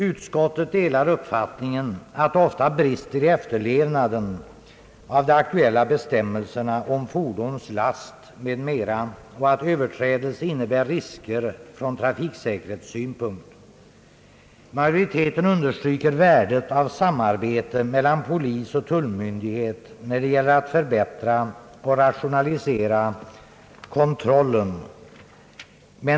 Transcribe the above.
Utskottet delar uppfattningen att det ofta brister i efterlevnaden av de aktuella bestämmelserna om fordons last m.m. och att överträdelser innebär ris ker från trafiksäkerhetssynpunkt. Ma joriteten understryker värdet av samarbete mellan polisoch tullmyndighet när det gäller att förbättra och rationalisera kontrollen.